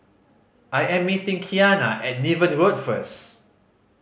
I am meeting Keanna at Niven Road first